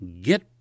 Get